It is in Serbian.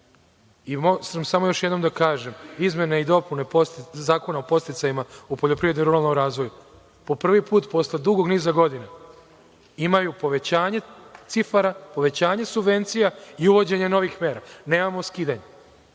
nam je, samo još jednom izmene i dopune Zakona o podsticajima u poljoprivredi i ruralnom razvoju, po prvi put, posle dugog niza godina imaju povećanje cifara, povećanje subvencija i uvođenje novih mera, nemamo skidanje.